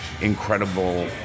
incredible